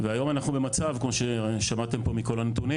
היום אנחנו במצב כמו ששמעתם פה מכל הנתונים